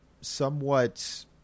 somewhat